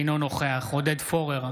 אינו נוכח עודד פורר,